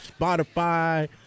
Spotify